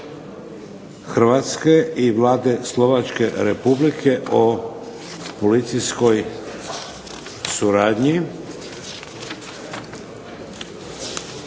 Hrvatske i Vlade Slovačke Republike o policijskoj suradnji,